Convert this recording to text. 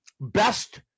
best